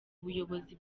ubuyobozi